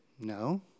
No